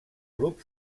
grup